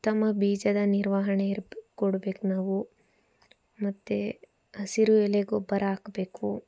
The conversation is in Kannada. ಉತ್ತಮ ಬೀಜದ ನಿರ್ವಹಣೆ ಇರ್ಬೆ ಕೊಡಬೇಕು ನಾವು ಮತ್ತೆ ಹಸಿರು ಎಲೆ ಗೊಬ್ಬರ ಹಾಕಬೇಕು